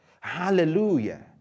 Hallelujah